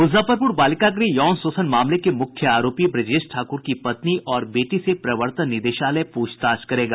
मुजफ्फरपुर बालिका गृह यौन शोषण मामले के मुख्य आरोपी ब्रजेश ठाकुर की पत्नी और बेटी से प्रवर्तन निदेशालय पूछताछ करेगा